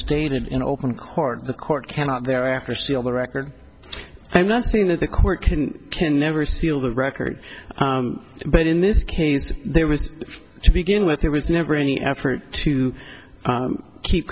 stated in open court the court cannot thereafter seal the record i'm not saying that the court can can never steal the record but in this case there was to begin with there was never any effort to keep